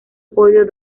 podio